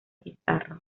pizarro